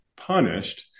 punished